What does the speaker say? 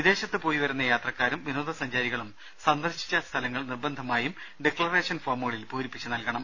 വിദേശത്ത് പോയിവരുന്ന യാത്രക്കാരും വിനോദ സഞ്ചാരികളും സന്ദർശിച്ച സ്ഥലങ്ങൾ നിർബന്ധമായും ഡിക്ലറേഷൻ ഫോമുകളിൽ പൂരിപ്പിച്ചുനൽകണം